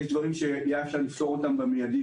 יש דברים שהיה אפשר לתקן אותם באופן מידי,